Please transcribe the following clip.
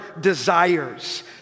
desires